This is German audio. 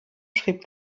schrieb